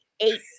eight